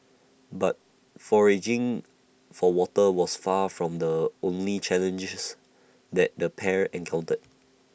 but foraging for water was far from the only challenges that the pair encountered